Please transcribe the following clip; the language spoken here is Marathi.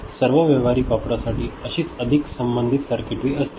सर्व व्यावहारिक वापरासाठी अशीच अधिक संबंधित सर्किटरी असतील